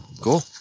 Cool